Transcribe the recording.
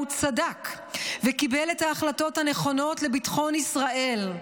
צדק וקיבל את ההחלטות הנכונות לביטחון ישראל".